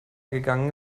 gegangen